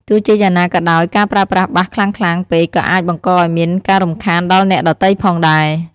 ទោះជាយ៉ាងណាក៏ដោយ ការប្រើប្រាស់បាសខ្លាំងៗពេកក៏អាចបង្កឱ្យមានការរំខានដល់អ្នកដទៃផងដែរ។